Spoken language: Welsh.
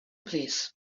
plîs